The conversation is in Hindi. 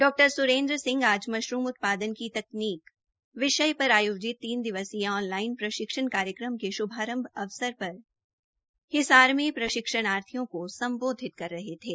डा स्रेन्द्र सिंह आज मशरूम उत्पादन की तकनीक विषय पर आयोजित तीन दिवसीय ऑन लाइन प्रशिक्षण कार्यक्रम के श्भारंभ अवसर पर हिसार में प्रशिक्षणार्थियों को सम्बोधित कर रहे थे